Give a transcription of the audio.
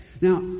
Now